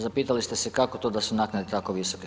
Zapitali ste se kako to da su naknade tako visoke.